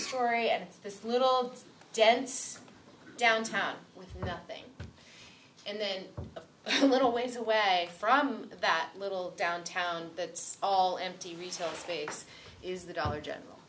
story at this little dense downtown with nothing and then a little ways away from that little downtown that's all empty retail space is the dollar general